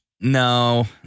No